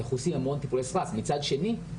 מצד שני,